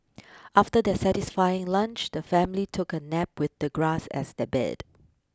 after their satisfying lunch the family took a nap with the grass as their bed